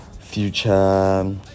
future